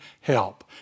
help